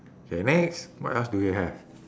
okay next what else do you have